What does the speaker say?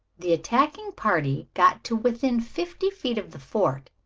the attacking party got to within fifty feet of the fort,